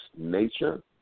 nature